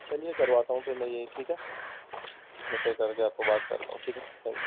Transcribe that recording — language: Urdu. چلیئے کرواتا ہوں پھر میں یہ ٹھیک ہے دوسرے طرح کے آپ کو بات کرتا ہوں ٹھیک ہے تھینک یو